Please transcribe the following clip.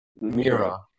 mira